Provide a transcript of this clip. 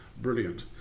Brilliant